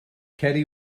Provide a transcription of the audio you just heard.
ceri